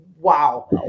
wow